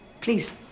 Please